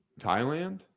Thailand